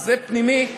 זה פנימי,